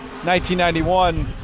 1991